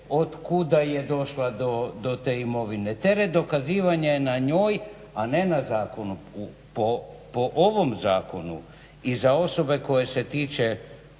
od kud je došla do te imovine. Teret dokazivanja je na njoj a ne na zakonu. Po ovom zakonu i za osobe koje se tiče